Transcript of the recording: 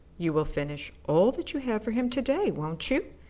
you will finish all that you have for him to-day, won't you?